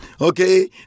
okay